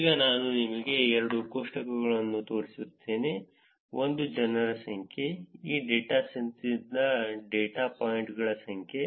ಈಗ ನಾನು ನಿಮಗೆ ಎರಡು ಕೋಷ್ಟಕಗಳನ್ನು ತೋರಿಸುತ್ತೇನೆ ಒಂದು ಜನರ ಸಂಖ್ಯೆ ಈ ಡೇಟಾಸೆಟ್ನಿಂದ ಡೇಟಾ ಪಾಯಿಂಟ್ಗಳ ಸಂಖ್ಯೆ